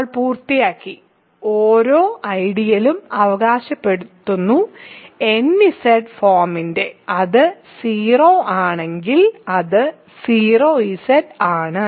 നമ്മൾ പൂർത്തിയാക്കി ഓരോ ഐഡിയലും അവകാശപ്പെടുന്നു nZ ഫോമിന്റെ അത് 0 ആണെങ്കിൽ അത് 0Z ആണ്